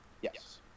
Yes